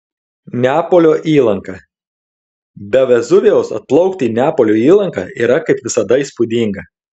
neapolio įlanka be vezuvijaus atplaukti į neapolio įlanką yra kaip visada įspūdinga